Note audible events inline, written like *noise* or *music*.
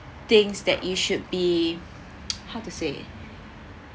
things that you should be *noise* how to say